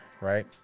right